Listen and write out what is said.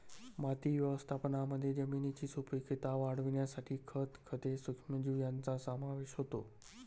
माती व्यवस्थापनामध्ये जमिनीची सुपीकता वाढवण्यासाठी खत, खते, सूक्ष्मजीव यांचा समावेश होतो